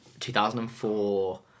2004